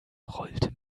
rollte